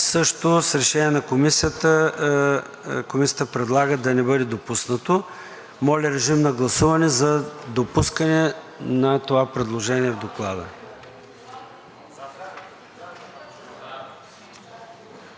№ 48 254 04 41. Комисията предлага да не бъде допуснато. Моля режим на гласуване за допускане на това предложение в Доклада.